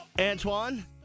Antoine